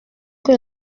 que